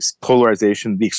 polarization